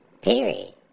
Period